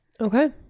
Okay